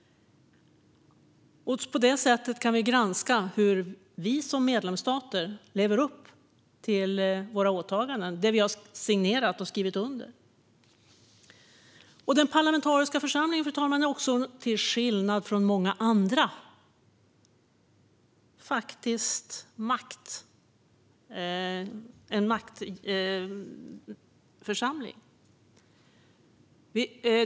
På detta sätt kan vi granska hur vi som medlemsstater lever upp till våra åtaganden och det vi har signerat. Fru talman! Den parlamentariska församlingen är till skillnad från många andra också en maktförsamling.